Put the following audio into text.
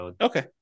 Okay